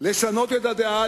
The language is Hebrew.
לשנות את הדעה,